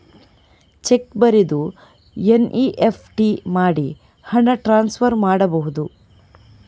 Check ಬರೆದು NEFT ಮಾಡಿ ಹಣ ಟ್ರಾನ್ಸ್ಫರ್ ಮಾಡಬಹುದು?